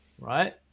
right